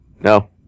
No